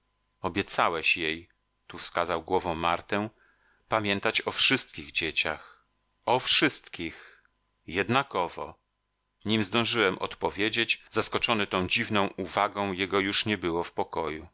obiecałeś jej tu wskazał głową martę pamiętać o wszystkich dzieciach o wszystkich jednakowo nim zdążyłem odpowiedzieć zaskoczony tą dziwną uwagą jego już nie było w pokoju